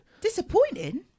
Disappointing